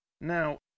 Now